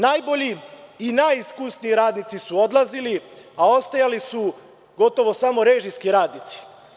Najbolji i najiskusniji radnici su odlazili, a ostajali su gotovo samo režijski radnici.